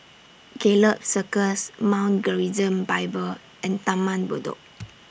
Gallop Circus Mount Gerizim Bible and Taman Bedok